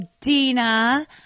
Dina